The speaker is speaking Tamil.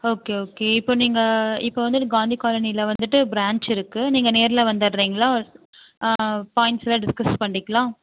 ஓகே ஓகே இப்போ நீங்கள் இப்போ வந்து காந்தி காலனியில வந்துட்டு பிரேன்ச் இருக்கு நீங்கள் நேரில் வந்துடுறீங்களா பாயிண்ட்ஸ்ஸெல்லாம் டிஸ்கஸ் பண்ணிக்கலாம்